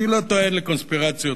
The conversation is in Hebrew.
אני לא טוען לקונספירציות,